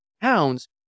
pounds